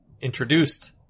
introduced